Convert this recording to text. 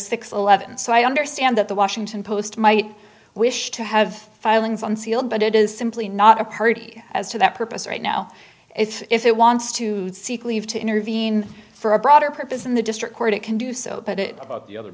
six eleven so i understand that the washington post might wish to have filings on sealed but it is simply not a party as to that purpose right now if it wants to seek leave to intervene for a broader purpose in the district court it can do so but it about the other